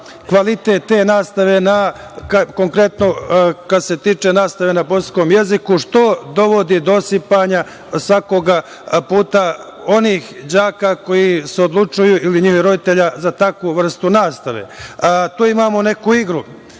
kvalitet te nastave, konkretno kada se tiče nastave na bosanskom jeziku, što dovodi do osipanja svakog puta onih đaka koji se odlučuju ili njihovi roditelji za takvu vrstu nastave. Tu imamo neku igru.